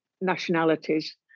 nationalities